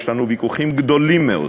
יש לנו ויכוחים גדולים מאוד